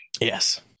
Yes